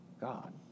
God